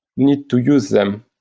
need to use them.